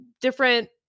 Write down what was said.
different